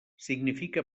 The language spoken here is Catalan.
significa